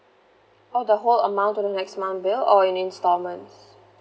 oh the whole amount to the next month bill or in instalments